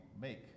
make